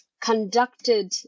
conducted